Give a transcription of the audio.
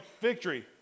victory